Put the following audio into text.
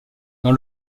dans